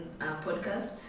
podcast